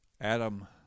Adam